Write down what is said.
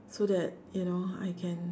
so that you know I can